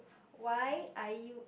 why are you